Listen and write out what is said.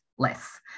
less